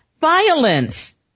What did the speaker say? violence